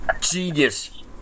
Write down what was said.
genius